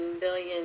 billion